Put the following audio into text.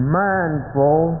mindful